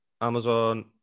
Amazon